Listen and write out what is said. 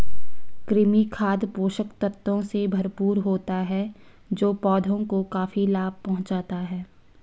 कृमि खाद पोषक तत्वों से भरपूर होता है जो पौधों को काफी लाभ पहुँचाता है